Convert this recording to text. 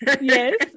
yes